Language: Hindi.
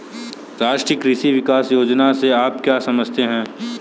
राष्ट्रीय कृषि विकास योजना से आप क्या समझते हैं?